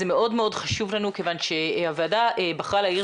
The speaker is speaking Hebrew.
זה מאוד חשוב לנו כיוון שהוועדה בחרה להאיר